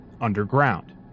underground